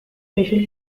special